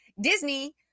Disney